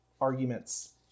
arguments